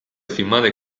firmare